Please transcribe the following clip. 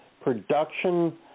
production